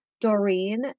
Doreen